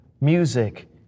music